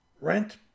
Rent